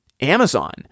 Amazon